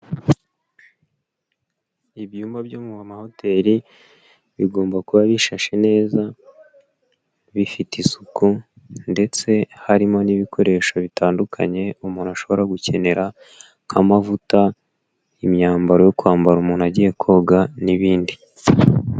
Ibyumba byo mu mahoteli bigomba kuba bishashe neza bifite isuku, ndetse harimo n'ibikoresho bitandukanye umuntu ashobora gukenera, nk'amavuta, imyambaro yo kwambara umuntu agiye koga n'ibindi.